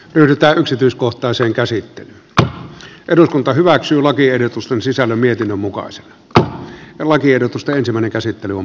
yltä yksityiskohtaisen käsitteen alla eduskunta hyväksyy lakiehdotusten sisällön mietinnön mukaiset kahta lakiehdotusta ensimmäinen käsittely on